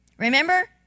Remember